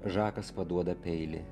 žakas paduoda peilį